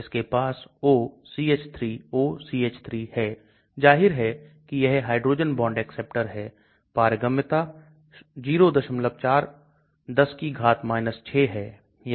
oxygen nitrogen को hydrogen bond acceptor के रूप में परिभाषित किया गया है जबकि N H और O H समूह को हाइड्रोजन बॉन्ड डोनर के रूप में माना जाता है